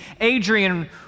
Adrian